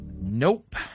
Nope